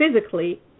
physically